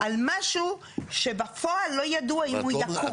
על משהו שבפועל לא ידוע אם הוא יקום.